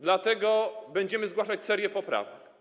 Dlatego będziemy zgłaszać serię poprawek.